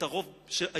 בירתה של מדינת ישראל,